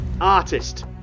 artist